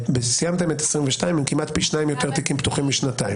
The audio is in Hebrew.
סיימתם את 2022 עם כמעט פי 2 יותר תיקים פתוחים מעל שנתיים.